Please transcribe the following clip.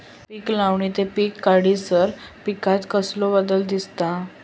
पीक लावणी ते पीक काढीसर पिकांत कसलो बदल दिसता?